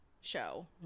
show